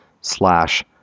slash